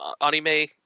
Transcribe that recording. anime